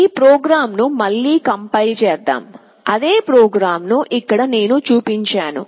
ఈ ప్రోగ్రామ్ ను మళ్ళీ కంపైల్ చేద్దాం అదే ప్రోగ్రామ్ ను ఇక్కడ నేను చూపించాను